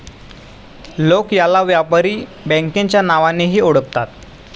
लोक याला व्यापारी बँकेच्या नावानेही ओळखतात